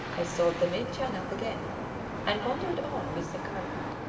i sought the mid-channel again and wandered on with the current.